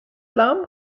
lam